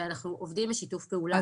ואנחנו עובדים בשיתוף פעולה.